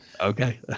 Okay